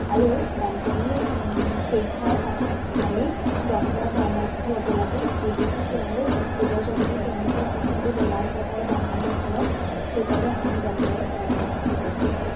আৰু বানপানীৰ শেষ হোৱাৰ পাছত আমি ডক্টৰৰ পৰামৰ্শ ল'ব লাগে যিহেতু তেওঁলোক জীৱ জন্তু তেওঁলোকৰ ইত্যাদি বেমাৰ হ'ব পাৰে বানপানীৰ ফলত সেইবাবে আমি ডক্টৰৰ পৰামৰ্শ ল'ব লাগে